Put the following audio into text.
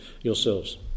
yourselves